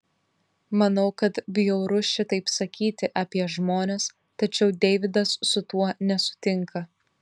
manau kad bjauru šitaip sakyti apie žmones tačiau deividas su tuo nesutinka